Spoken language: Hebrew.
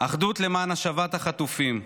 אחדות למען השבת החטופים,